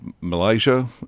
Malaysia